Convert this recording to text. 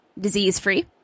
disease-free